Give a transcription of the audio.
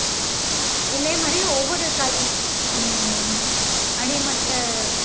இதே மாதிரி ஒவ்வொரு கல் அடிமட்ட